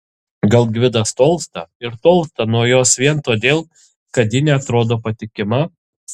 gal gvidas tolsta ir tolsta nuo jos vien todėl kad ji neatrodo patikima